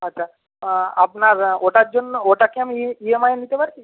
আচ্ছা আপনার ওটার জন্য ওটা কি আমি ই এম আইয়ে নিতে পারি